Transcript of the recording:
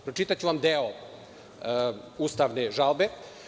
Pročitaću vam deo ustavne žalbe.